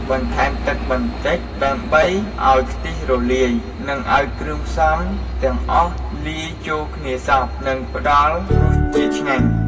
បន្ថែមទឹកបន្តិចដើម្បីឱ្យខ្ទិះរលាយ និងឱ្យគ្រឿងផ្សំទាំងអស់លាយចូលគ្នាសព្វ និងផ្តល់រសជាតិឆ្ងាញ់។